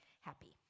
happy